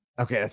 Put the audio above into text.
Okay